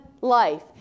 life